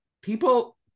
people